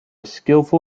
skilful